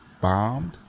bombed